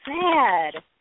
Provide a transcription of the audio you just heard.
sad